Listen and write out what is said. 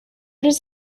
does